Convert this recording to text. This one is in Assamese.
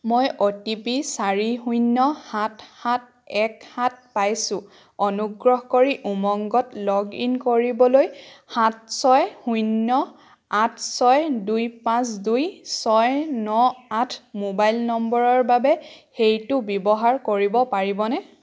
মই অ' টি পি চাৰি শূন্য সাত সাত এক সাত পাইছোঁ অনুগ্ৰহ কৰি উমংগত লগ ইন কৰিবলৈ সাত ছয় শূন্য আঠ ছয় দুই পাঁচ দুই ছয় ন আঠ মোবাইল নম্বৰৰ বাবে সেইটো ব্যৱহাৰ কৰিব পাৰিবনে